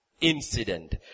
incident